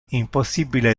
impossibile